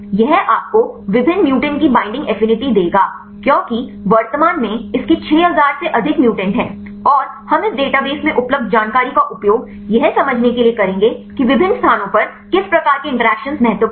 यह आपको विभिन्न म्यूटेंट की बैंडिंग एफिनिटी देगा क्योंकि वर्तमान में इसके 6000 से अधिक म्यूटेंट हैं और हम इस डेटाबेस में उपलब्ध जानकारी का उपयोग यह समझने के लिए करेंगे कि विभिन्न स्थानों पर किस प्रकार के इंटरैक्शन महत्वपूर्ण हैं